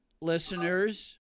listeners